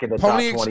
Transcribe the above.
Pony